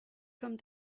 come